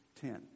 Ten